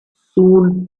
soon